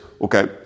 Okay